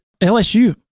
LSU